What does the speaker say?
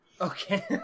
Okay